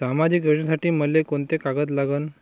सामाजिक योजनेसाठी मले कोंते कागद लागन?